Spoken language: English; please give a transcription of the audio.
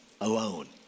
alone